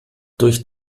durch